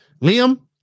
Liam